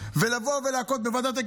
לבוא ולעשות את זה בגלל המצב,